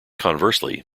conversely